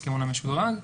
ההסכמון המשודרג,